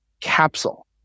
capsule